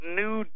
new